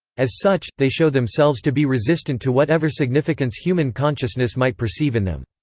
as such, they show themselves to be resistant to whatever significance human consciousness might perceive in them.